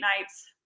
nights